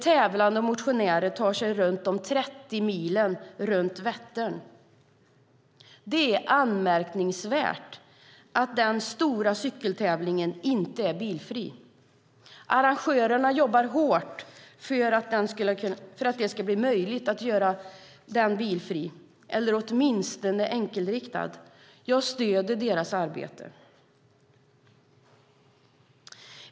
Tävlande och motionärer tar sig de 30 milen runt Vättern. Det är anmärkningsvärt att denna stora cykeltävling inte är bilfri. Arrangörerna jobbar hårt för att den ska bli bilfri eller åtminstone enkelriktad. Jag stöder detta arbete.